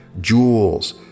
jewels